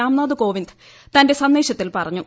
രാംനാഥ് കോവിന്ദ് തന്റെ സന്ദേശത്തിൽ പറഞ്ഞു